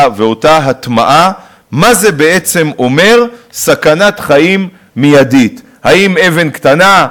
ואותה הטמעה מה זה בעצם אומר סכנת חיים מיידית: האם אבן קטנה,